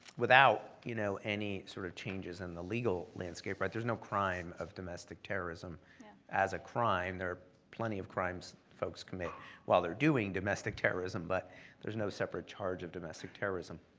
without you know any sort of changes in the legal landscape, right? there's no crime of domestic terrorism as a crime. there plenty of crimes folks commit while they're doing domestic terrorism, but there's no separate charge of domestic terrorism.